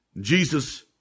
Jesus